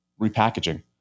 repackaging